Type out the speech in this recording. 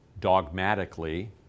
dogmatically